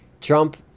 Trump